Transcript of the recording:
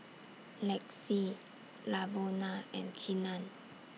Lexi Lavona and Keenan